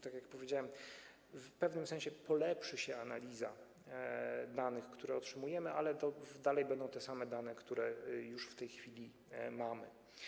Tak jak powiedziałem, w pewnym sensie polepszy się analiza danych, które otrzymujemy, ale to dalej będą te same dane, które już w tej chwili mamy.